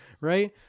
right